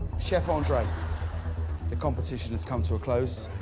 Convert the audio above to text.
chef andre the competition has come to a close.